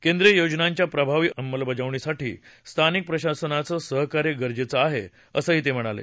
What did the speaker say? केंद्रीय योजनांच्या प्रभावी अंमलबजावणीसाठी स्थानिक प्रशासनाचं सहकार्य गरजेचं आहे असं ते म्हणाले